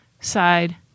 side